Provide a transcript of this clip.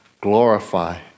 Glorify